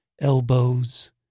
elbows